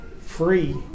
free